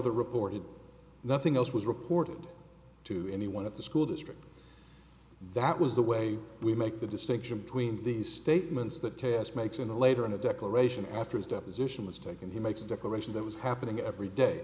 the report nothing else was reported to anyone at the school district that was the way we make the distinction between these statements that chaos makes and later in the declaration after his deposition was taken he makes a declaration that was happening every day